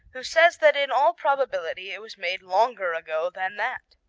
who says that in all probability it was made longer ago than that.